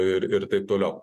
ir ir taip toliau